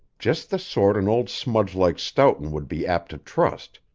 just the sort an old smudge like stoughton would be apt to trust.